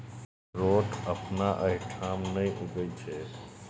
अकरोठ अपना एहिठाम नहि उगय छै